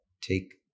take